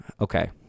Okay